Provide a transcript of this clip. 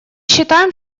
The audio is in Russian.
считаем